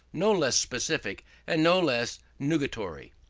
no less specific and no less nugatory.